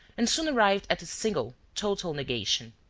and soon arrived at a single, total negation.